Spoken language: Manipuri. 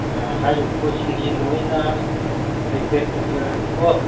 ꯍꯥꯏꯔꯤꯕ ꯄꯣꯠꯁꯤꯡꯁꯤ ꯂꯣꯏꯅ ꯑꯩ ꯄꯦꯛ ꯇꯧꯖꯔꯒꯦꯀꯣ